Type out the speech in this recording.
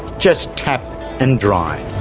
just tap and drive.